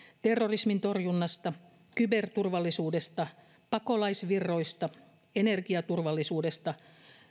terrorismin torjunnasta kyberturvallisuudesta pakolaisvirroista energiaturvallisuudesta